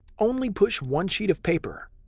only push one sheet of paper,